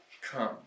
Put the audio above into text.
come